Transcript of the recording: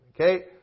Okay